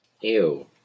Ew